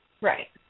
Right